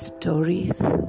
stories